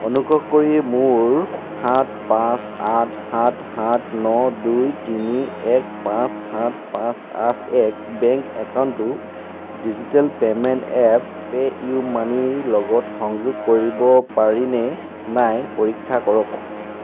অনুগ্ৰহ কৰি মোৰ সাত পাঁচ আঠ সাত সাত ন দুই তিনি এক পাঁচ সাত পাঁচ আঠ এক বেংক একাউণ্টটো ডিজিটেল পে'মেণ্ট এপ পেইউমানিৰ লগত সংযোগ কৰিব পাৰিনে নাই পৰীক্ষা কৰক